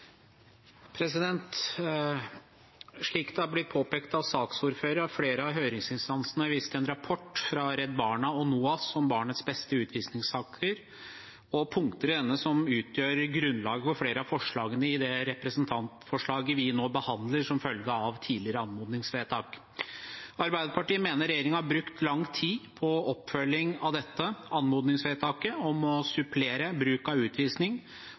det er blitt påpekt av saksordføreren, har flere av høringsinstansene vist til en rapport fra Redd Barna og NOAS om barnets beste i utvisningssaker og punkter i denne som utgjør grunnlaget for flere av forslagene i det representantforslaget vi nå behandler som følge av et tidligere anmodningsvedtak. Arbeiderpartiet mener regjeringen har brukt lang tid på oppfølging av dette anmodningsvedtaket om å supplere bruk av